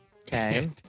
Okay